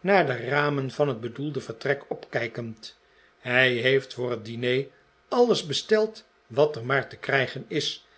naar de ramen van het bedoelde vertrek opkijkend hij heeft voor het diner alles besteld wat er maar te krijgen is